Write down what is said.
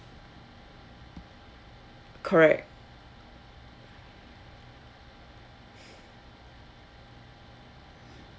correct